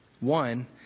One